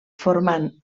formant